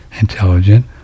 intelligent